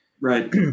right